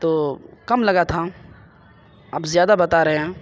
تو کم لگا تھا آپ زیادہ بتا رہے ہیں